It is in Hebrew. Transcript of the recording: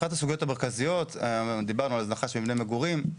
אחת הסוגיות המרכזיות היא הזנחה של מבני מגורים.